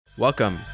Welcome